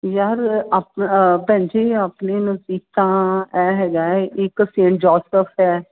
ਯਾਰ ਆਪਣੇ ਭੈਣ ਜੀ ਆਪਣੇ ਨਸੀਤਾਂ ਇਹ ਹੈਗਾ ਇੱਕ ਸੇਨ ਜੋਸਫ ਹੈ